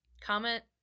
comment